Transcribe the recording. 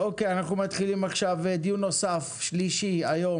אנחנו מתחילים דיון נוסף, שלישי, היום